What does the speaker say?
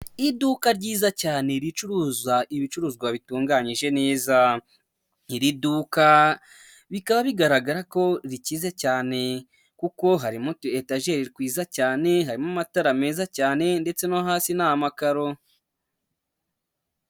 Iduka ryiza cyane. Ricuruza ibicuruzwa bitunganyije neza, iri duka bikaba bigaragara ko rikize cyane, kuko harimo utu etageri twiza cyane, harimo amatara meza cyane, ndetse no hasi ni amakaro.